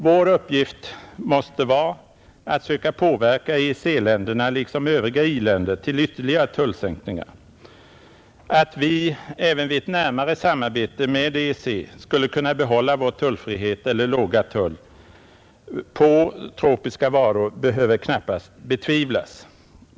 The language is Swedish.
Vår uppgift måste vara att söka påverka EEC-länderna liksom övriga i-länder till ytterligare tullsänkningar. Att vi även vid ett närmare samarbete med EEC skulle kunna behålla vår tullfrihet eller låga tull på tropiska varor behöver knappast betvivlas.